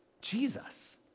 Jesus